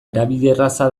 erabilerraza